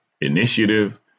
initiative